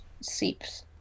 seeps